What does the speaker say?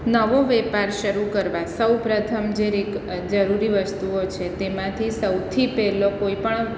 નવો વ્યાપાર શરૂ કરવા સૌપ્રથમ જે જરૂરી વસ્તુઓ છે તેમાંથી સૌથી પહેલો કોઈપણ